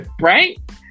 Right